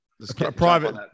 private